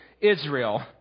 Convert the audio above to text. Israel